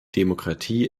demokratie